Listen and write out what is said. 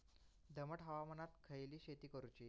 दमट हवामानात खयली शेती करूची?